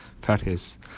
practice